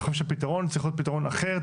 אני חושב שהפתרון צריך להיות פתרון אחר,